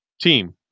Team